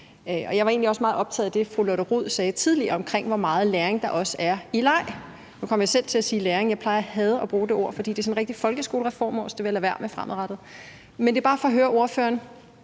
også meget optaget af det, fru Lotte Rod sagde tidligere omkring, hvor meget læring der også er i leg. Nu kom jeg selv til at sige læring – jeg plejer at hade at bruge det ord, fordi det er sådan et rigtig folkeskolereformord, så det vil jeg lade være med fremadrettet. Men det er bare for at høre ordføreren: